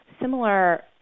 similar